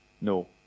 No